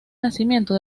nacimiento